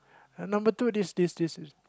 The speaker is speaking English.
and number two this this this